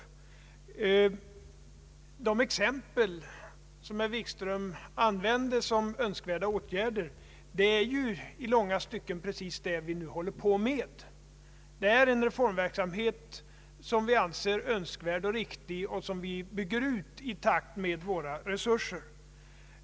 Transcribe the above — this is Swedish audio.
Sådana åtgärder som herr Wikström gav exempel på såsom önskvärda är i långa stycken precis vad vi nu förbereder. Det är en reformverksamhet som vi anser önskvärd och riktig och som vi bygger ut i takt med våra resurser.